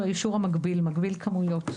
שהוא האישור המגביל: מגביל כמויות.